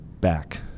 back